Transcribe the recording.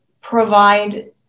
provide